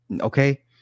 okay